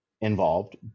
involved